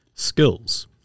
skills